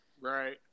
Right